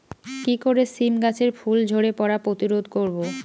কি করে সীম গাছের ফুল ঝরে পড়া প্রতিরোধ করব?